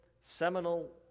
seminal